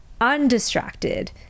undistracted